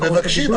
הם מבקשים.